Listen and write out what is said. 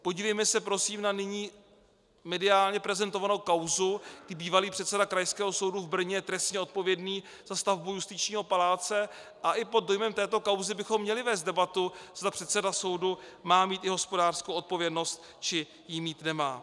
Podívejme se prosím na nyní mediálně prezentovanou kauzu, kdy bývalý předseda Krajského soudu v Brně je trestně odpovědný za stavbu justičního paláce, a i pod dojmem této kauzy bychom měli vést debatu, zda předseda soudu má mít i hospodářskou odpovědnost, či ji mít nemá.